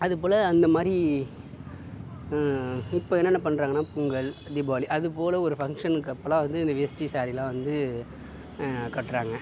அது போல் அந்த மாதிரி இப்போ என்னென்ன பண்றாங்கன்னா பொங்கல் தீபாவளி அது போல் ஒரு ஃபங்க்ஷனுக்கு அப்போலாம் வந்து இந்த வேஷ்டி ஸாரிலாம் வந்து கட்டுறாங்க